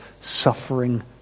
suffering